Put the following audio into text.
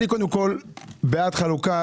אני בעד חלוקה,